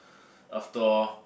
after all